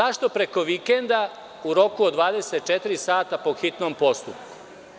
Zašto preko vikenda u roku od 24 sata po hitnom postupku?